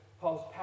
Paul's